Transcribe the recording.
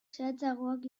zehatzagoak